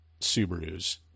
Subarus